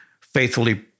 faithfully